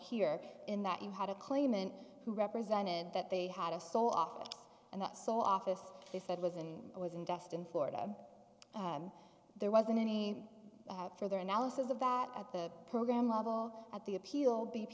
here in that you had a claimant who represented that they had a soft and that saw office they said was in was in destin florida there wasn't any further analysis of that at the program level at the appeal b